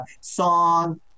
song